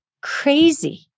crazy